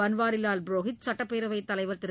பள்வாரிவால் புரோஹித் சட்டப்பேரவைத் தலைவர் திரு